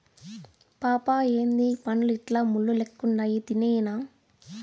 పాపా ఏందీ పండ్లు ఇట్లా ముళ్ళు లెక్కుండాయి తినేయ్యెనా